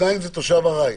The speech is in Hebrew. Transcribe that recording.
2 זה תושב ארעי.